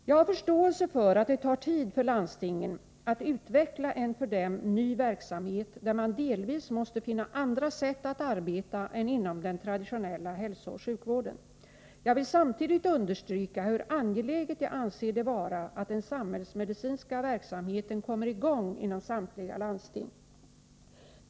Jag har förståelse för att det tar tid för landstingen att utveckla en för dem ny verksamhet, där man delvis måste finna andra sätt att arbeta än inom den traditionella hälsooch sjukvården. Jag vill samtidigt understryka hur angeläget jag anser det vara att den samhällsmedicinska verksamheten kommer i gång inom samtliga landsting.